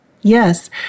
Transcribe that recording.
Yes